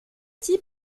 types